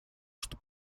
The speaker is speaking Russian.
что